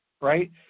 right